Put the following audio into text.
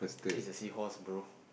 this a seahorse bro